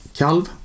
kalv